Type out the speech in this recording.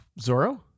Zorro